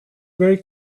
very